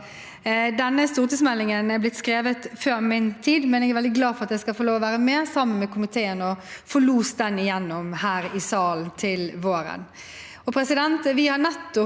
stortingsmeldingen er blitt skrevet før min tid, men jeg er veldig glad for at jeg skal få lov til å være med komiteen på å lose den igjennom her i salen til våren.